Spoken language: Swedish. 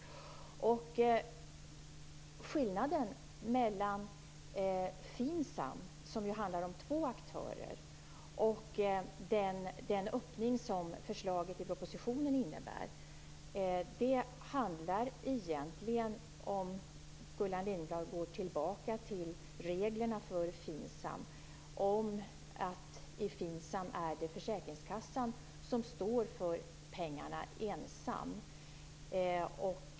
FINSAM kan hon se att skillnaden mellan FINSAM, där det är två aktörer, och den öppning som förslaget i propositionen innebär egentligen handlar om att det i FINSAM är försäkringskassan som ensam står för pengarna.